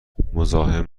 مزاحم